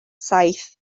saith